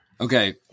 Okay